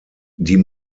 die